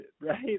right